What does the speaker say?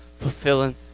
fulfilling